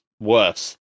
worse